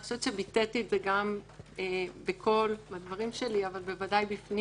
אני חושבת שביטאתי גם בקול את הדברים שלי אבל גם בפנים